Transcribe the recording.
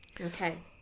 Okay